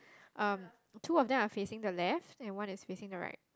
um two of them are facing the left and one is facing the right